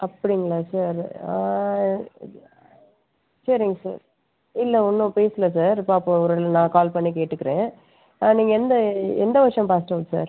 அப்படிங்களா சார் சரிங்க சார் இல்லை ஒன்றும் பேசல சார் பார்ப்போம் ஒரு நான் கால் பண்ணி கேட்டுக்கிறேன் நீங்கள் எந்த எந்த வருஷம் பாஸ்டு அவுட் சார்